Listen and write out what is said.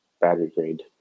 battery-grade